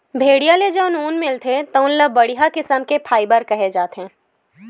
भेड़िया ले जउन ऊन मिलथे तउन ल बड़िहा किसम के फाइबर केहे जाथे